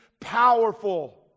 powerful